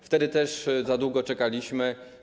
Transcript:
Wtedy też za długo czekaliśmy.